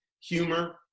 Humor